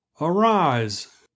Arise